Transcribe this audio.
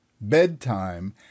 bedtime